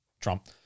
Trump